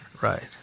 right